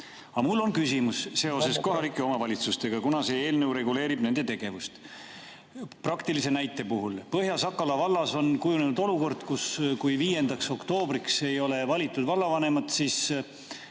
mul on küsimus seoses kohalike omavalitsustega, kuna see eelnõu reguleerib nende tegevust. Praktiline näide. Põhja-Sakala vallas on kujunenud olukord, et kui 5. oktoobriks ei ole valitud vallavanemat, siis